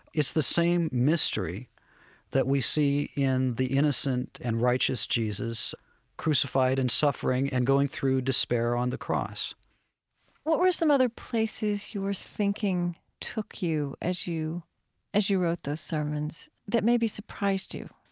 it's the same mystery that we see in the innocent and righteous jesus crucified and suffering and going through despair on the cross what were some other places your thinking took you as you as you wrote those sermons that maybe surprised you?